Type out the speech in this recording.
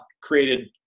created